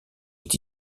est